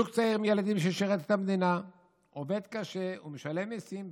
זוג צעיר עם ילדים ששירת את המדינה עובד קשה ומשלם מיסים,